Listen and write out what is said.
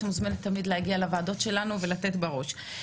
את מוזמנת תמיד להגיע לוועדות שלנו ולתת בראש.